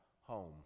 home